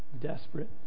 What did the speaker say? Desperate